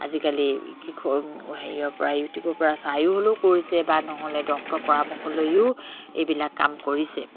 আজিকালি হেৰিয়ৰ পৰা ইউটিউবৰ পৰা চাই হ'লেও কৰিছে বা নহ'লে ডক্তৰ পৰামৰ্শলৈয়ো এইবিলাক কাম কৰিছে